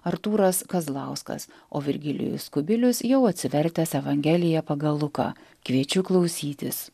artūras kazlauskas o virgilijus kubilius jau atsivertęs evangeliją pagal luką kviečiu klausytis